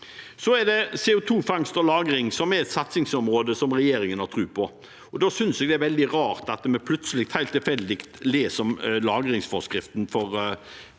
flertall. CO2-fangst og -lagring er et satsingsområde som regjeringen har tro på. Da synes jeg det er veldig rart at vi plutselig, helt tilfeldig, leser om lagringsforskriften for CO2 i